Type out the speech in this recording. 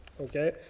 Okay